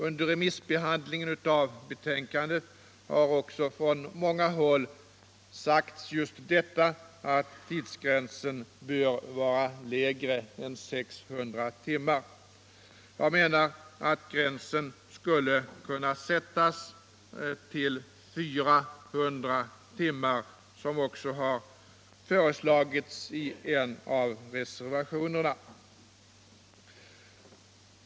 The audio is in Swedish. Under remissbehandlingen av betänkandet har också från många håll sagts just detta att tidsgränsen bör vara lägre än 600 timmar. Jag menar att gränsen skulle kunna sättas till 400 timmar, som också har föreslagits i en av reservationerna.